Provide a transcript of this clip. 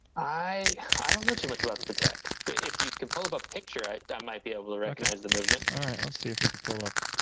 i i don't know too much about the patek if you could pull up a picture i might be able to recognize the movement all right let's see if we could pull up